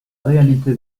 réalité